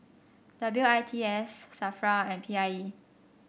W I T S Safra and P I E